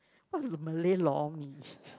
what's Malay lor mee